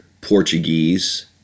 Portuguese